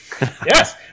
yes